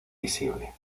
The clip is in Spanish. visible